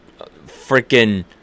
Freaking